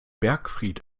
bergfried